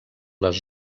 les